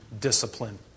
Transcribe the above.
discipline